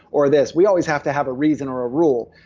or this, we always have to have a reason or a rule.